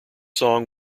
song